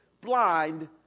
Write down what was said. blind